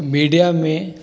media में